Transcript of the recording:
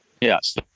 yes